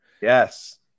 Yes